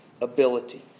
ability